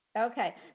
Okay